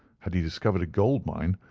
had he discovered a gold mine,